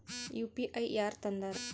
UPI ಯಾರ್ ತಂದಾರ?